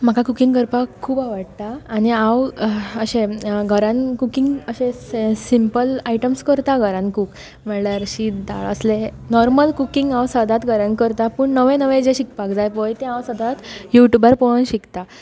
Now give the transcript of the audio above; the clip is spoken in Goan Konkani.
म्हाका कुकींग करपाक खूब आवडटा आनी हांव अशें घरान कुकींग अशें सिंपल आयटम्स करतां घरान खूब म्हणल्यार शीत दाळ असले म्हणल्यार नॉमर्ल कुकींग हांव सदांच घरान करतां पूण नवें नवें जें शिकपाक जांय पळय तें हांव सदांच यू ट्युबार पळोवन शिकतां